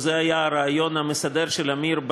וזה היה הרעיון המסדר של עמיר,